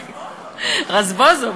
רזבוזוב.